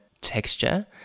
texture